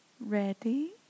Ready